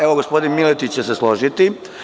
Evo gospodin Miletić će se složiti.